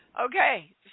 Okay